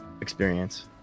experience